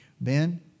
Ben